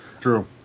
True